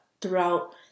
throughout